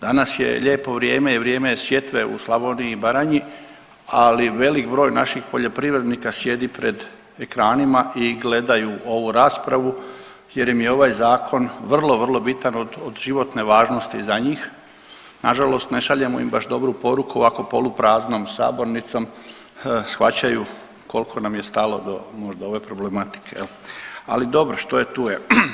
Danas je lijepo vrijeme i vrijeme je sjetve u Slavoniji i Baranji, ali velik broj naših poljoprivrednika sjedi pred ekranima i gledaju ovu raspravu jer im je ovaj zakon vrlo vrlo bitan, od životne važnosti za njih, nažalost ne šaljemo im baš dobru poruku ovako polupraznom sabornicom, shvaćaju koliko nam je stalo do možda ove problematike jel, ali dobro što je tu je.